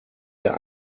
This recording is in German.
der